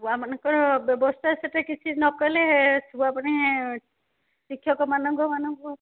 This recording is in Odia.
ଛୁଆମାନଙ୍କର ବ୍ୟବସ୍ଥା ସେତେ କିଛି ନ କଲେ ଛୁଆମାନେ ଶିକ୍ଷକମାନଙ୍କୁ ମାନଙ୍କୁ